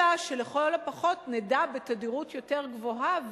אלא שלכל הפחות נדע בתדירות יותר גבוהה,